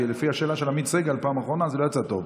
כי לפי השאלה של עמית סגל בפעם האחרונה זה לא יצא טוב.